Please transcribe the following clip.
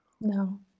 no